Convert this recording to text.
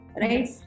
right